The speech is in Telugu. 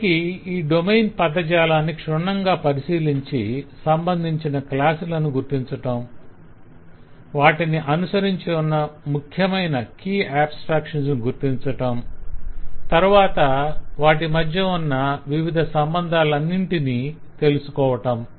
దానికి ఆ డొమైన్ పదజాలాన్ని క్షుణ్ణంగా పరిశీలించి సంబంధించిన క్లాసులను గుర్తించటం వాటిని అనుసరించియున్న ముఖ్యమైన కీ ఆబ్స్త్రాక్షన్స్ ను గుర్తించటం తరవాత వాటి మధ్య ఉన్న వివిధ సంబంధాలన్నింటిని తెలుసుకోటం